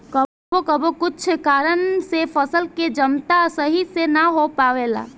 कबो कबो कुछ कारन से फसल के जमता सही से ना हो पावेला